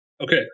Okay